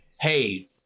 hey